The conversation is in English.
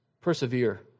Persevere